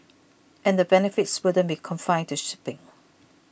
and the benefits wouldn't be confined to shipping